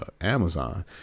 amazon